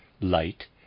light